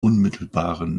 unmittelbaren